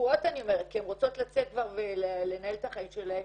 אני אומרת תקועות כי הן רוצות לצאת ולנהל את החיים שלהן,